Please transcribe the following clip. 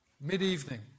Mid-evening